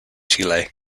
chile